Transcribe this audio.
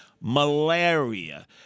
Malaria